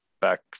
back